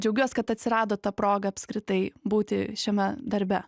džiaugiuos kad atsirado ta proga apskritai būti šiame darbe